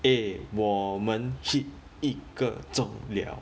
eh 我们 hit 一个钟 liao